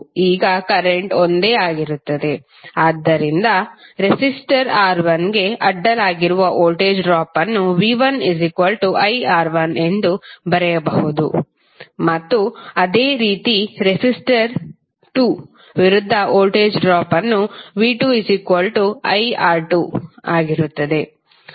ಈಗ ಕರೆಂಟ್ವು ಒಂದೇ ಆಗಿರುತ್ತದೆ ಆದ್ದರಿಂದ ರೆಸಿಸ್ಟರ್ R1 ಗೆ ಅಡ್ಡಲಾಗಿರುವ ವೋಲ್ಟೇಜ್ ಡ್ರಾಪ್ ಅನ್ನು v1iR1 ಎಂದು ಬರೆಯಬಹುದು ಮತ್ತು ಅದೇ ರೀತಿ ರೆಸಿಸ್ಟರ್ 2 ವಿರುದ್ಧ ವೋಲ್ಟೇಜ್ ಡ್ರಾಪ್ v2iR2 ಆಗಿರುತ್ತದೆ